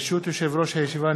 ברשות יושב-ראש הישיבה,